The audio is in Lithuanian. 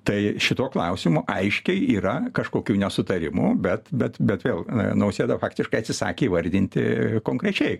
tai šituo klausimu aiškiai yra kažkokių nesutarimų bet bet bet vėl nausėda faktiškai atsisakė įvardinti konkrečiai